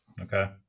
Okay